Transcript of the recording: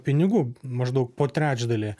pinigų maždaug po trečdalį